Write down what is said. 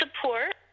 support